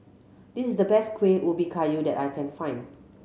this is the best Kuih Ubi Kayu that I can find